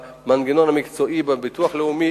במנגנון המקצועי בביטוח הלאומי,